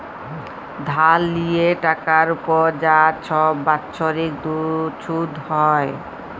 ধার লিয়ে টাকার উপর যা ছব বাচ্ছরিক ছুধ হ্যয়